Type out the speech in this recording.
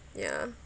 ya